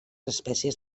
espècies